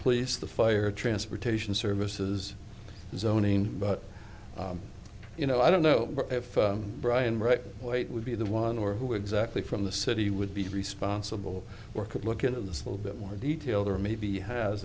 police the fire transportation services zoning but you know i don't know if brian right weight would be the one or who exactly from the city would be responsible or could look at this little bit more detail or maybe has